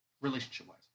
relationship-wise